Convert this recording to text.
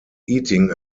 eating